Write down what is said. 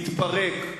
ומתפרק,